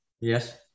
Yes